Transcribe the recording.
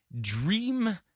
Dream